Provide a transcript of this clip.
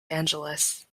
angeles